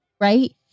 Right